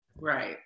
Right